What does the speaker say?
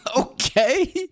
Okay